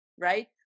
right